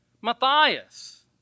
Matthias